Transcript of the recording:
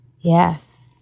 Yes